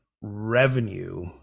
revenue